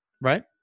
right